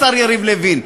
השר יריב לוין,